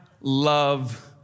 love